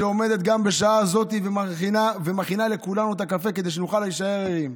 שעומדת גם בשעה זו ומכינה לכולנו את הקפה כדי שנוכל להישאר ערים,